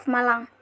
Malang